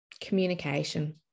communication